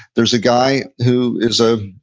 there's a guy who is a